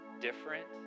different